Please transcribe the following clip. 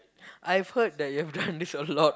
I've heard that you've done this a lot